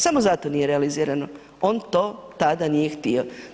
Samo zato nije realizirano, on to tada nije htio.